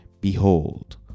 Behold